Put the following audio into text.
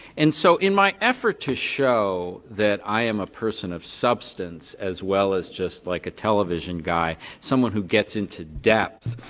and so in my effort to show that i am a person of substance as well as just like a television guy, someone who gets into depth.